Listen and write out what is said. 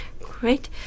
Great